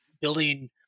building –